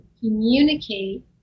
communicate